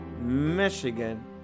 Michigan